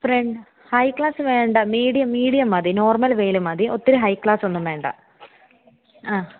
ഫ്ര high class വേണ്ട medium medium മതി നോർമൽ വേയിൽ മതി ഒത്തിരി ഹൈ ക്ലാസ് ഒന്നും വേണ്ട ആ